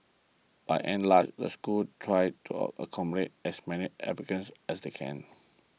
by and large the schools try to accommodate as many applicants as they can